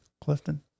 Clifton